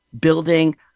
building